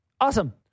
Awesome